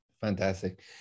Fantastic